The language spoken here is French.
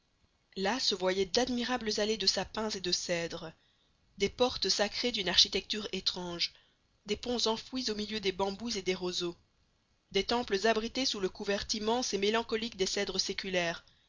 là se voyaient d'admirables allées de sapins et de cèdres des portes sacrées d'une architecture étrange des ponts enfouis au milieu des bambous et des roseaux des temples abrités sous le couvert immense et mélancolique des cèdres séculaires